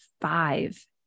five